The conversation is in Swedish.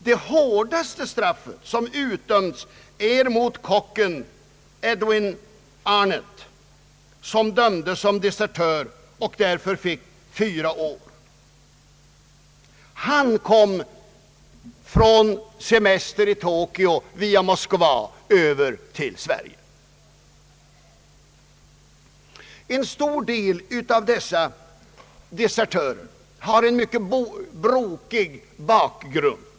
Det hårdaste straff som utdömts gällde kocken Edwin Arnett, vilken dömdes som desertör och därför fick fyra år. Han kom från semester i Tokyo via Moskva över till Sverige. En stor del av dessa människor har en mycket brokig bakgrund.